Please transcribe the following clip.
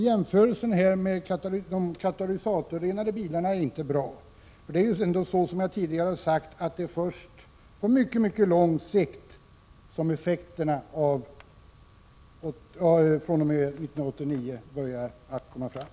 Jämförelsen med bilar med katalytisk avgasrening är inte bra. Det är ju, som jag tidigare sagt, först på mycket lång sikt som effekterna av kraven på bilar fr.o.m. 1989 års modeller börjar komma.